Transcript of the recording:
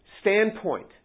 standpoint